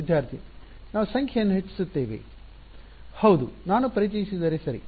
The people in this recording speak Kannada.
ವಿದ್ಯಾರ್ಥಿ ನಾವು ಸಂಖ್ಯೆಯನ್ನು ಹೆಚ್ಚಿಸುತ್ತೇವೆ ಹೌದು ನಾನು ಪರಿಚಯಿಸಿದರೆ ಸರಿ